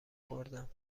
خوردم